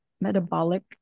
metabolic